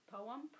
Poem